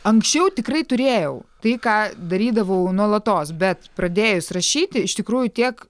anksčiau tikrai turėjau tai ką darydavau nuolatos bet pradėjus rašyti iš tikrųjų tiek